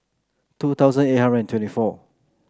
two thousand eight hundred and twenty four